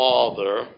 Father